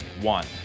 One